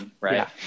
right